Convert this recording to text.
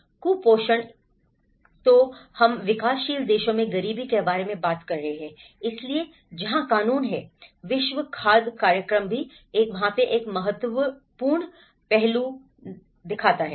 कुपोषण इसलिए हम विकासशील देशों में गरीबी के बारे में बात कर रहे हैं इसलिए जहां कानून है विश्व खाद्य कार्यक्रम भी एक महत्वपूर्ण पहलू है